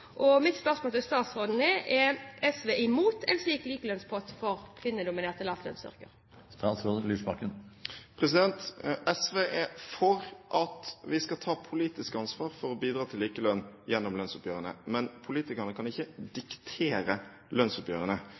for. Mitt spørsmål til statsråden er: Er SV imot en slik likelønnspott for kvinnedominerte lavlønnsyrker? SV er for at vi skal ta politisk ansvar for å bidra til likelønn gjennom lønnsoppgjørene, men politikerne kan ikke diktere lønnsoppgjørene.